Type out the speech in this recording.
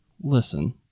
listen